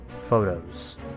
photos